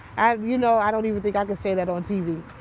you know, i don't even think i can say that on tv.